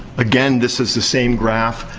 again, this is the same graph.